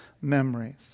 memories